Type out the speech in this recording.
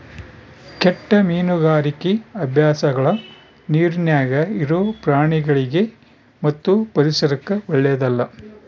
ಕೆಟ್ಟ ಮೀನುಗಾರಿಕಿ ಅಭ್ಯಾಸಗಳ ನೀರಿನ್ಯಾಗ ಇರೊ ಪ್ರಾಣಿಗಳಿಗಿ ಮತ್ತು ಪರಿಸರಕ್ಕ ಓಳ್ಳೆದಲ್ಲ